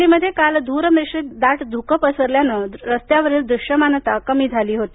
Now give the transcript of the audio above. दिल्लीमध्ये काल धूरमिश्रित दाट धुकं पसरल्यानं रस्त्यांवरील दृश्यमानता कमी झाली होती